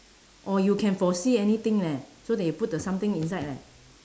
or you can foresee anything leh so they put the something inside leh